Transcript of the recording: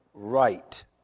right